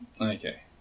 Okay